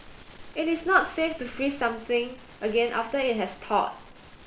it is not safe to freeze something again after it has thawed